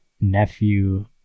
nephew